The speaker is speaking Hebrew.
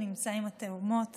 נמצא עם התאומות